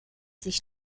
sich